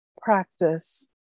practice